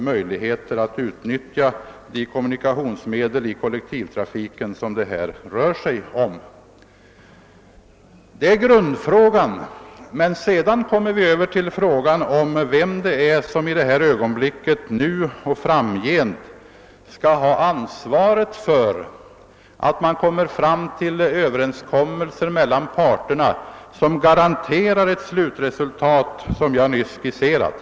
Men sedan kommer vi över till frågan om vem det är, som skall ha ansvaret för att man kommer fram till överenskommelser mellan parterna, som garanterar ett slutresultat som jag nyss skisserat.